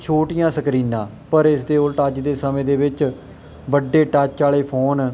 ਛੋਟੀਆਂ ਸਕਰੀਨਾਂ ਪਰ ਇਸ ਦੇ ਉਲਟ ਅੱਜ ਦੇ ਸਮੇਂ ਦੇ ਵਿੱਚ ਵੱਡੇ ਟੱਚ ਵਾਲੇ ਫੋਨ